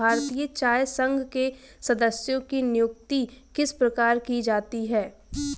भारतीय चाय संघ के सदस्यों की नियुक्ति किस प्रकार की जाती है?